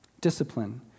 discipline